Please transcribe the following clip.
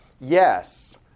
Yes